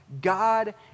God